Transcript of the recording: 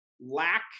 Lack